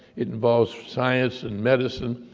it involves science and medicine,